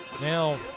Now